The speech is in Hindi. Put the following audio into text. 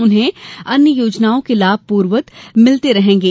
उन्हें अन्य योजनाओं के लाभ प्रर्ववत मिलते रहेंगे